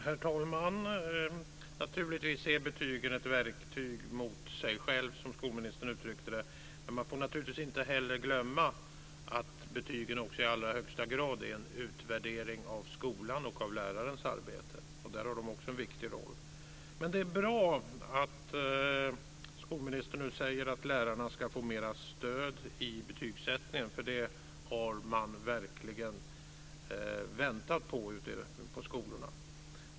Herr talman! Naturligtvis är betygen ett verktyg som eleven använder i förhållande till sig själv, som skolministern uttryckte det. Men man får inte heller glömma att betygen också i allra högsta grad är en utvärdering av skolan och av lärarens arbete. Där har de också en viktig roll. Det är bra att skolministern nu säger att lärarna ska få mera stöd i betygssättningen, för det har man verkligen väntat på ute på skolorna.